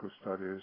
studies